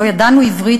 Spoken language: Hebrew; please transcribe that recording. לא ידענו עברית,